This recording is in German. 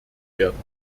werden